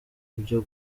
byo